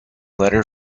letter